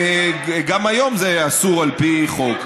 גם היום זה אסור על פי חוק.